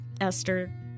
Esther